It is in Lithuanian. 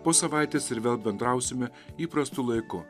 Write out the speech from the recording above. po savaitės ir vėl bendrausime įprastu laiku